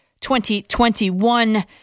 2021